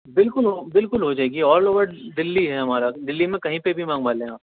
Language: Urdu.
بالکل ہو بالکل ہو جائے گی آل اوور دلی ہے ہمارا دلی میں کہیں پہ بھی منگوا لیں آپ